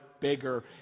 bigger